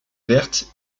verte